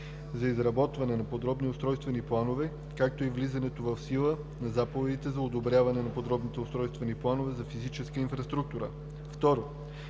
за изработване на подробни устройствени планове, както и влизането в сила на заповеди за одобряване на подробни устройствени планове за физическа инфраструктура; 2.